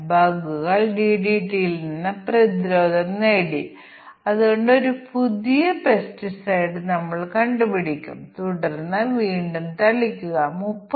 അതിനാൽ എല്ലാ ജോഡി പരിശോധനകൾക്കും ടെസ്റ്റ് കേസുകൾ സൃഷ്ടിക്കുന്നതിനുള്ള ഒരു മാനുവൽ മാർഗമാണിത്